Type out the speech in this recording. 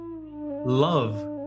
love